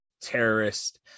terrorist